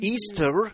Easter